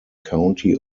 county